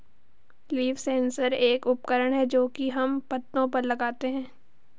leaf sensor एक उपकरण है जो की हम पत्तो पर लगाते है